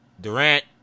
Durant